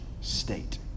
state